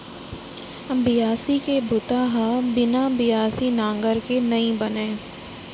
बियासी के बूता ह बिना बियासी नांगर के नइ बनय